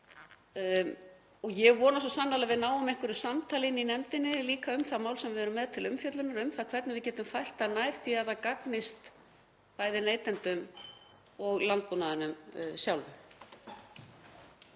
Ég vona svo sannarlega við náum einhverju samtali í nefndinni líka um það mál sem við erum með til umfjöllunar um það hvernig við getum fært það nær því að það gagnist bæði neytendum og landbúnaðinum sjálfum.